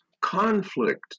conflict